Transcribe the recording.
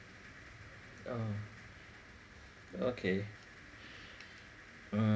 uh okay mm